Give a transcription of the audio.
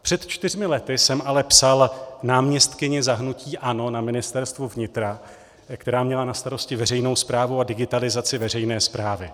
Před čtyřmi lety jsem ale psal náměstkyni za hnutí ANO na Ministerstvu vnitra, která měla na starosti veřejnou správu a digitalizaci veřejné správy.